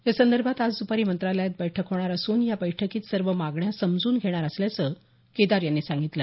या संदर्भात आज द्रपारी मंत्रालयात बैठक होणार असून या बैठकीत सर्व मागण्या समजून घेणार असल्याचं केदार यांनी सांगितलं